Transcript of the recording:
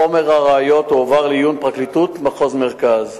חומר הראיות הועבר לעיון פרקליטות מחוז המרכז.